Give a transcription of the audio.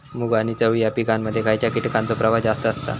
मूग आणि चवळी या पिकांमध्ये खैयच्या कीटकांचो प्रभाव जास्त असता?